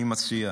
אני מציע,